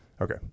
Okay